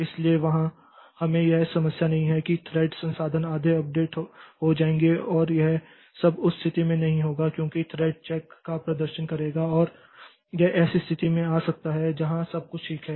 इसलिए वहां हमें यह समस्या नहीं है कि ये थ्रेड संसाधन आधे अपडेट हो जाएंगे और यह सब उस स्थिति में नहीं होगा क्योंकि थ्रेड चेक का प्रदर्शन करेगा और यह ऐसी स्थिति में आ सकता है जहां सब कुछ ठीक है